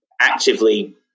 actively